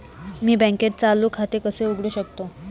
मी बँकेत चालू खाते कसे उघडू शकतो?